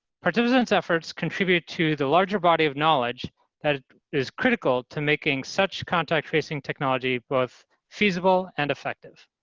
participants' efforts contribute to the larger body of knowledge that is critical to making such contact tracing technology both feasible and effective.